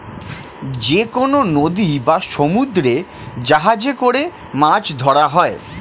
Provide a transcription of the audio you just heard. যেকনো নদী বা সমুদ্রে জাহাজে করে মাছ ধরা হয়